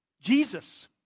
Jesus